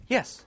Yes